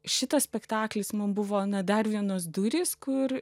šitas spektaklis mums buvo na dar vienos durys kur